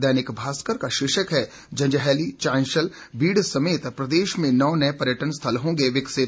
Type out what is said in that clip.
दैनिक भास्कर का शीर्षक है जंजैहली चांशल बीड़ समेत प्रदेश में नौ नए पर्यटन स्थल होंगे विकसित